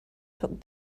took